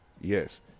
yes